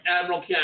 Admiral